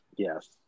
Yes